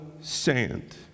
sand